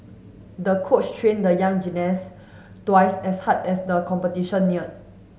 the coach trained the young gymnast twice as hard as the competition near